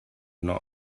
not